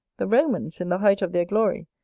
the romans, in the height of their glory,